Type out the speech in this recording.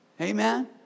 Amen